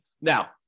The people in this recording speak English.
now